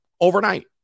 overnight